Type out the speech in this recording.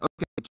Okay